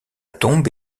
tombe